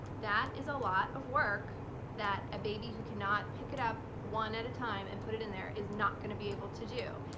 that is a lot of work that a baby who cannot pick it up one at a time and put it in there is not going to be able to do.